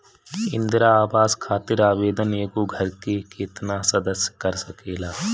इंदिरा आवास खातिर आवेदन एगो घर के केतना सदस्य कर सकेला?